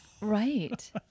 Right